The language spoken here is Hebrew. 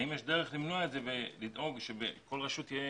האם יש דרך למנוע את זה, ושכל רשות תהיה